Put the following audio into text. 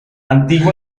antigua